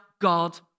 God